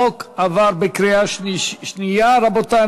החוק עבר בקריאה שנייה, רבותי.